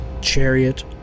Chariot